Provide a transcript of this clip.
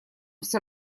всё